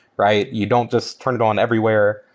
right? you don't just turn it on everywhere.